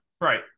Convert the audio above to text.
right